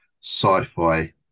sci-fi